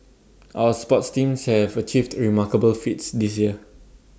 our sports teams have achieved remarkable feats this year